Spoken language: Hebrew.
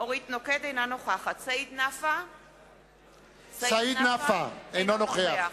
אינה נוכחת סעיד נפאע, אינו נוכח